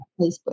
Facebook